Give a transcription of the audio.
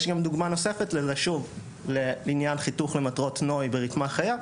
יש גם דוגמה נוספת לעניין חיתוך למטרות נוי ורקמה חיה,